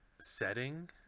setting